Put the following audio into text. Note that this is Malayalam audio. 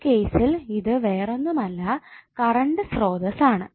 ഈ കേസിൽ ഇത് വേറൊന്നും അല്ല കറണ്ട് സ്രോതസ്സ് ആണ്